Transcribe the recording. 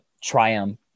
triumph